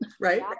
right